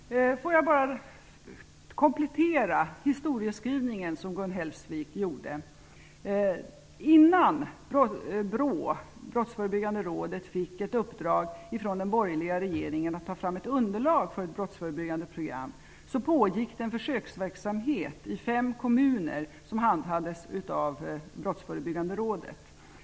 Herr talman! Jag vill komplettera den historieskrivning som Gun Hellsvik gjorde. Innan Brottsförebyggande rådet fick ett uppdrag från den borgerliga regeringen att ta fram ett underlag för ett brottsförebyggande program pågick det en försöksverksamhet i fem kommuner, som handhades av Brottsförebyggande rådet.